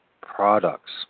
products